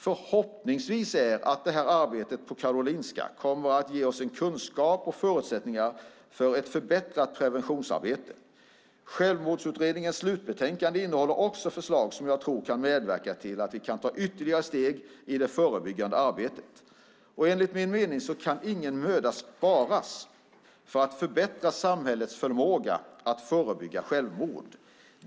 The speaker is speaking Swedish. Förhoppningen är att arbetet på Karolinska Institutet ska ge oss kunskap och förutsättningar för ett förbättrat preventionsarbete. Självmordsutredningens slutbetänkande innehåller också förslag som jag tror kan medverka till att vi kan ta ytterligare steg i det förebyggande arbetet. Enligt min mening kan ingen möda sparas för att förbättra samhällets förmåga att förebygga självmord.